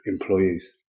employees